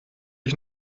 ich